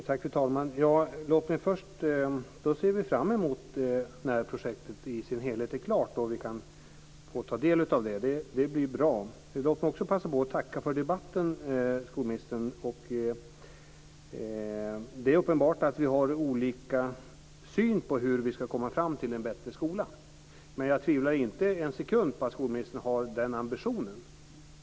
Fru talman! Låt mig först säga att vi ser fram emot att projektet i dess helhet blir klart och vi kan få ta del av det. Det blir bra. Låt mig också passa på att tacka skolministern för debatten. Det är uppenbart att vi har olika syn på hur vi ska komma fram till en bättre skola. Men jag tvivlar inte en sekund på att skolministern har den ambitionen.